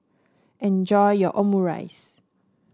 enjoy your Omurice